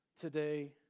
today